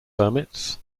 hermits